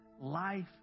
life